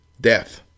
death